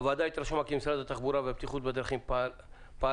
הוועדה התרשמה כי משרד התחבורה והבטיחות בדרכים פעל